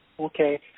Okay